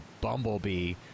bumblebee